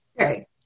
Okay